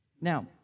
Now